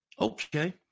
Okay